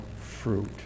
fruit